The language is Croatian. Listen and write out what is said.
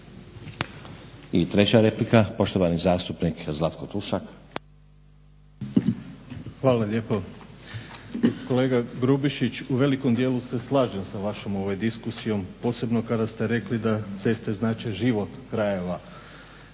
(Hrvatski laburisti - Stranka rada)** Hvala lijepo. Kolega Grubišić u velikom djelu se slažem s vašom diskusijom, posebno kada ste rekli da ceste znače život krajeva.